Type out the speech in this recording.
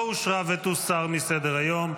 לא אושרה ותוסר מסדר-היום.